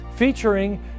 featuring